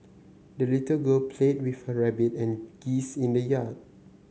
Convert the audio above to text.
the little girl played with her rabbit and geese in the yard